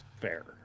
fair